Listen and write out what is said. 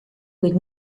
kuid